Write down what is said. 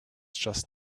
just